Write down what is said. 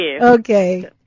Okay